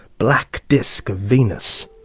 black disk of venus.